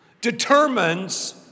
determines